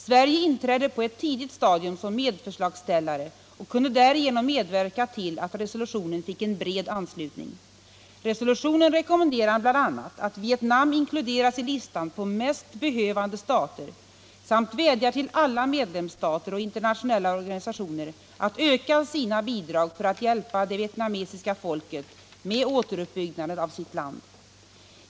Sverige inträdde på ett tidigt stadium som med förslagsställare och kunde därigenom medverka till att resolutionen fick en bred anslutning. Resolutionen rekommenderar bl.a. att Vietnam inkluderas i listan på mest behövande stater samt vädjar till alla medlemsstater och internationella organisationer att öka sina bidrag för att hjälpa det vietnamesiska folket med återuppbyggnaden av sitt land.